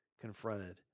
confronted